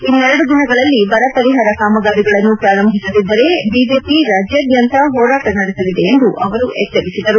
ಇನ್ನೆರಡು ದಿನಗಳಲ್ಲಿ ಬರ ಪರಿಹಾರ ಕಾಮಗಾರಿಗಳನ್ನು ಪ್ರಾರಂಭಿಸದಿದ್ದರೆ ಬಿಜೆಪಿ ರಾಜ್ಯಾದ್ಯಂತ ಹೋರಾಟ ನಡೆಸಲಿದೆ ಎಂದು ಅವರು ಎಚ್ಚರಿಸಿದರು